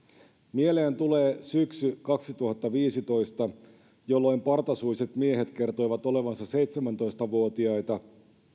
mieleen tulee syksy kaksituhattaviisitoista jolloin partasuiset miehet kertoivat olevansa seitsemäntoista vuotiaita